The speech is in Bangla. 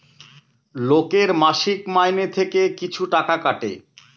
লোকের মাসিক মাইনে থেকে কিছু টাকা কাটে